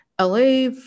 LA